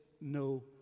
no